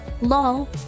LOL